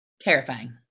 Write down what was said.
Terrifying